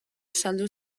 saldu